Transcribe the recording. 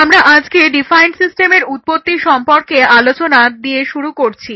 আমরা আজকে ডিফাইন্ড সিস্টেমের উৎপত্তি সম্পর্কে আলোচনা দিয়ে শুরু করছি